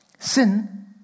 Sin